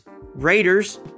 Raiders